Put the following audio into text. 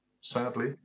sadly